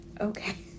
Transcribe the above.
Okay